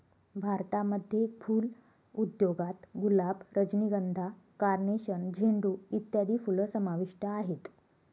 भारतामध्ये फुल उद्योगात गुलाब, रजनीगंधा, कार्नेशन, झेंडू इत्यादी फुलं समाविष्ट आहेत